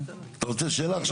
אתה רוצה שאלה עכשיו?